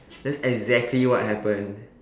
that's exactly what happened